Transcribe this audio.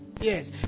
yes